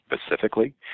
specifically